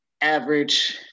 average